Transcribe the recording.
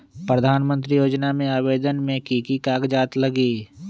प्रधानमंत्री योजना में आवेदन मे की की कागज़ात लगी?